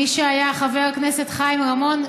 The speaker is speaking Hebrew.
מי שהיה חבר הכנסת חיים רמון,